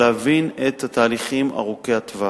להבין את התהליכים ארוכי הטווח.